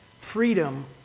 Freedom